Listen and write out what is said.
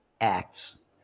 acts